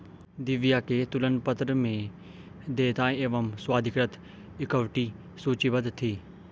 दिव्या के तुलन पत्र में देयताएं एवं स्वाधिकृत इक्विटी सूचीबद्ध थी